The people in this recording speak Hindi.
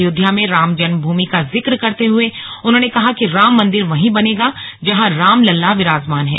अयोध्या में रामजन्म भूमि का जिक्र करते हुए उन्होंने कहा कि राममंदिर वहीं बनेगा जहां रामलला विराजमान हैं